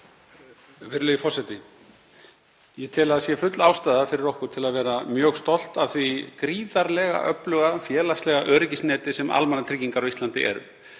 Virðulegi forseti. Ég tel að það sé full ástæða fyrir okkur til að vera mjög stolt af því gríðarlega öfluga félagslega öryggisneti sem almannatryggingar á Íslandi eru